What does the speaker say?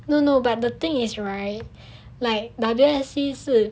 no no but the thing is right like W_S_C 是